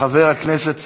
חבר הכנסת סמוטריץ,